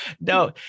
No